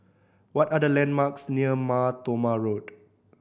what are the landmarks near Mar Thoma Road